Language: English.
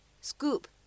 scoop